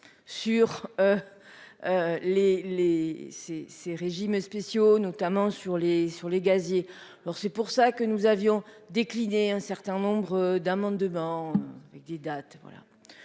sur les régimes spéciaux, notamment sur celui des gaziers. C'est pourquoi nous avions décliné un certain nombre d'amendements, visant